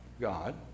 God